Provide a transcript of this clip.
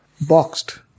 boxed